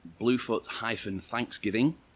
Bluefoot-Thanksgiving